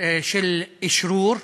של אשרור.